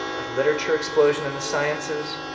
of literature explosion in the sciences,